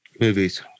Movies